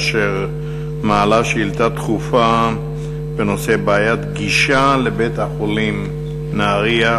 אשר מעלה שאילתה דחופה בנושא: בעיית גישה לבית-החולים נהרייה.